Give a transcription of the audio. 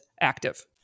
active